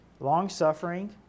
Long-suffering